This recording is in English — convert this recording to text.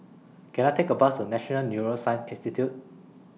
Can I Take A Bus to National Neuroscience Institute